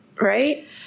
right